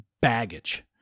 baggage